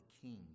king